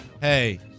Hey